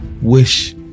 wish